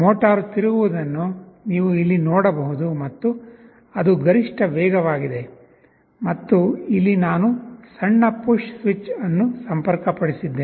motor ತಿರುಗುತ್ತಿರುವುದನ್ನು ನೀವು ಇಲ್ಲಿ ನೋಡಬಹುದು ಮತ್ತು ಅದು ಗರಿಷ್ಠ ವೇಗವಾಗಿದೆ ಮತ್ತು ಇಲ್ಲಿ ನಾನು ಸಣ್ಣ ಪುಶ್ ಸ್ವಿಚ್ ಅನ್ನು ಸಂಪರ್ಕಪಡಿಸಿದ್ದೇನೆ